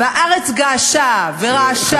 והארץ געשה ורעשה,